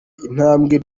intambwe